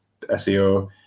SEO